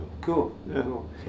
Cool